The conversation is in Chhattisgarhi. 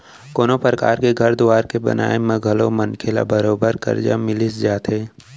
कोनों परकार के घर दुवार के बनाए म घलौ मनखे ल बरोबर करजा मिलिच जाथे